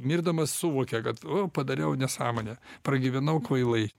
mirdamas suvokia kad padariau nesąmonę pragyvenau kvailai